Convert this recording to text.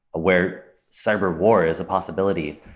where cyberwar is a possibility,